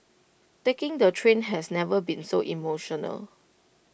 taking the train has never been so emotional